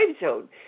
zone